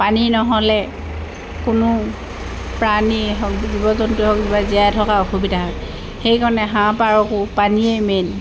পানী নহ'লে কোনো প্ৰাণীয়ে হওক জীৱ জন্তুয়ে হওক কিবা জীয়াই থকা অসুবিধা হয় সেইকাৰণে হাঁহ পাৰকো পানীয়েই মেইন